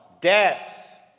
death